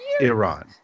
Iran